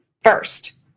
first